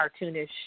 cartoonish